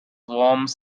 worms